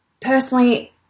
personally